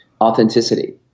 authenticity